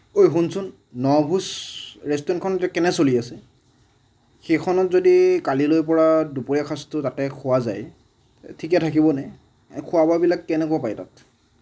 অই শুনচোন ন ভোজ ৰেষ্টুৰেন্টখন এতিয়া কেনে চলি আছে সেইখনত যদি কালিলৈৰপৰা দুপৰীয়া সাঁজটো তাতে খোৱা যায় ঠিকে থাকিবনে খোৱা বোৱাবিলাক কেনেকুৱা পায় তাত